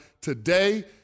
today